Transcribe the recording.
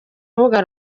rubuga